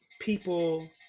people